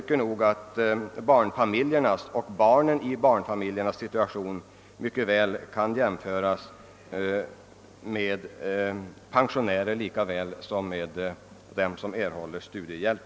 Jag anser att barnens situation i barnfamiljerna mycket väl kan jämföras med pensionärernas lika väl som med situationen för dem som erhåller studiehjälp.